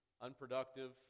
unproductive